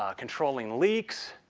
ah controlling leaks,